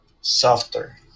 softer